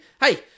hey